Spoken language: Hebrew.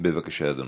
בבקשה, אדוני.